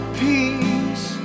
peace